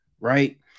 Right